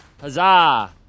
Huzzah